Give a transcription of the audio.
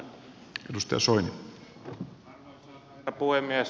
arvoisa herra puhemies